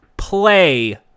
Play